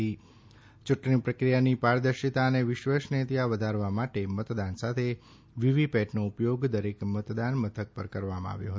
યૂંટણી પ્રક્રિયાની પારદર્શિતા અને વિશ્વસનીયતા વધારવા માટે મતદાન સાથે વીવીપીપેટનો ઉપયોગ દરેક મતદાન મથક પર કરવામાં આવ્યો હતો